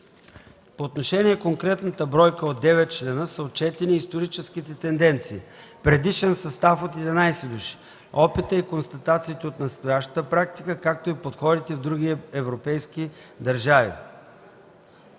По отношение конкретната бройка от 9 члена са отчетени и историческите тенденции – предишен състав от 11 души, опита и констатациите от настоящата практика, както и подходите в други европейски държави.